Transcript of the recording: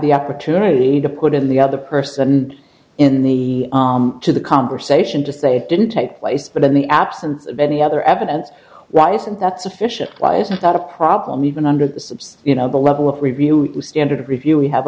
the opportunity to put in the other person in the to the conversation to say didn't take place but in the absence of any other evidence why isn't that sufficient why isn't that a problem even under the subsea you know the level of review standard review we have